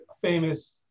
famous